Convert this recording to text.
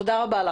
תודה רבה.